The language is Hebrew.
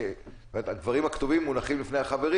והדברים הכתובים מונחים לפני החברים.